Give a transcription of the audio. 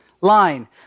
line